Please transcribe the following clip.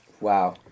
Wow